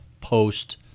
post